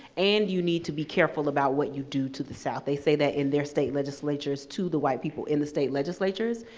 and you need to be careful about what you do to the south. they say that in their state legislatures to the white people in the state legislatures,